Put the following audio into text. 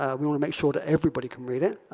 ah we want to make sure that everybody can read it.